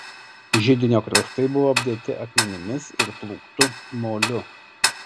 židinio kraštai buvo apdėti akmenimis ir plūktu moliu